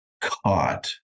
caught